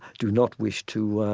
do not wish to